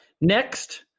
Next